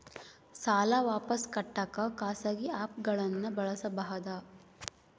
ಸಾಲ ವಾಪಸ್ ಕಟ್ಟಕ ಖಾಸಗಿ ಆ್ಯಪ್ ಗಳನ್ನ ಬಳಸಬಹದಾ?